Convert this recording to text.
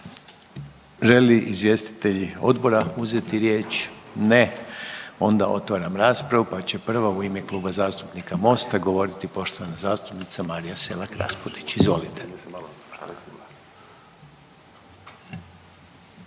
li izvjestitelji Odbora uzeti riječ? Ne. Onda otvaram raspravu pa će prvo u ime Kluba zastupnika Mosta govoriti poštovana zastupnica Marija Selak Raspudić, izvolite.